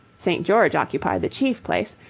st. george occupied the chief place,